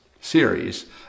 series